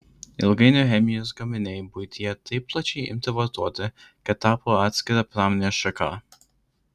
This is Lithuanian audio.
ilgainiui chemijos gaminiai buityje taip plačiai imti vartoti kad tapo atskira pramonės šaka